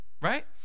Right